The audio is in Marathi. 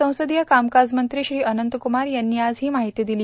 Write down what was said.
संसदीय कामकाजमंत्री श्री अनंत कुमार यांनी आज ही माहिती दिली